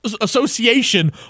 association